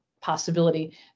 possibility